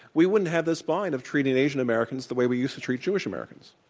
we wouldn't have this bind of treating asian-americans the way we used to treat jewish americans.